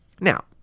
Now